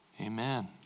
amen